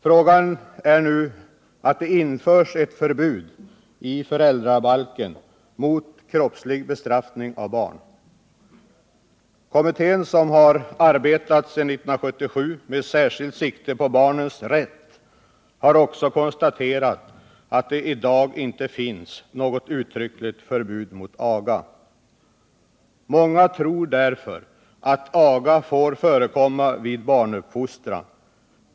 Frågan gäller nu införande av ett förbud i föräldrabalken mot kroppslig bestraffning av barn. Den kommitté som har arbetat sedan 1977 med särskilt sikte på barnens rätt har också konstaterat att det i dag inte finns något uttryckligt förbud mot aga. Många tror därför att aga får förekomma vid barnuppfostran.